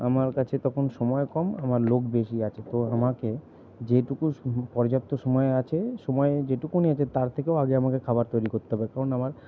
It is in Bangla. আমার কাছে তখন সময় কম আমার লোক বেশি আছে তো আমাকে যেটুকু স পর্যাপ্ত সময় আছে সময় যেটুকুনি আছে তার থেকেও আগে আমাকে খাবার তৈরি করতে হবে কারণ আমার